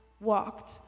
walked